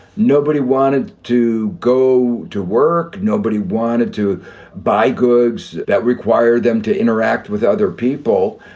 nobody wanted to go to work. nobody wanted to buy goods that required them to interact with other people.